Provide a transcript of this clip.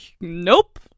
nope